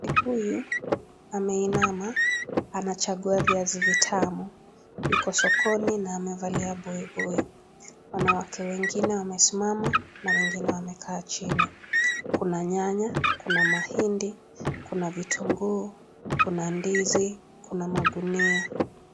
Mwanamke huyu ameinama anachangua viazi vitamu yuko sokoni na amevalia buibui ,wanawake wengine wamesimama na wengine wamekaa chini, kuna nyanya kuna mahindi kuna vitunguu kuna ndizi kuna magunia.